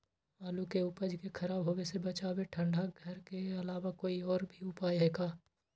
आलू के उपज के खराब होवे से बचाबे ठंडा घर के अलावा कोई और भी उपाय है का?